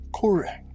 Correct